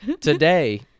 today